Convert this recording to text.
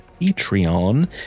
Patreon